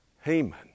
Haman